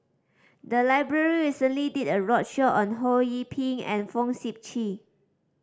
the library recently did a roadshow on Ho Yee Ping and Fong Sip Chee